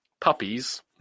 puppies